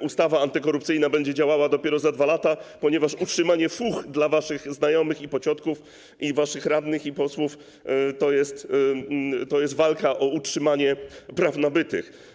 ustawa antykorupcyjna będzie działała dopiero za 2 lata, ponieważ utrzymanie fuch dla waszych znajomych i pociotków, i waszych radnych, i posłów to jest walka o utrzymanie praw nabytych.